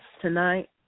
tonight